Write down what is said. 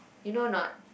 you know or not